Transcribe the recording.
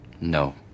No